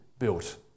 Built